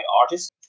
artists